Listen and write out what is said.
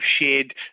shared